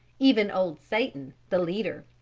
even old satan, the leader.